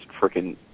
freaking